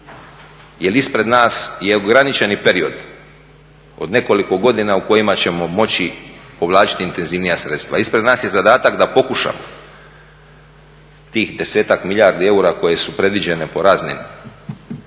jer ispred nas je ograničeni period od nekoliko godina u kojima ćemo moći povlačiti intenzivnija sredstva. Ispred nas je zadatak da pokušamo tih desetak milijardi eura koje su previđene po raznim